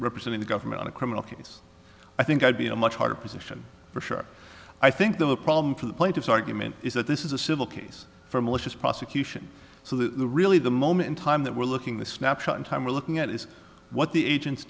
representing the government on a criminal case i think i'd be in a much harder position for sure i think the problem for the plaintiff's argument is that this is a civil case for malicious prosecution so the really the moment in time that we're looking the snapshot in time we're looking at is what the agents